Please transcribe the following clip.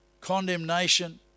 condemnation